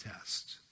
test